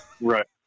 Right